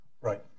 Right